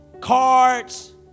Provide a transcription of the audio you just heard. cards